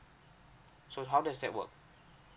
so how does that work